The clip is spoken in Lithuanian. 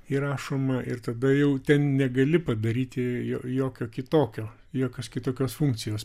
įrašoma ir tada jau ten negali padaryti jo jokio kitokio jokios kitokios funkcijos